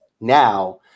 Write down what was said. now